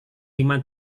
lima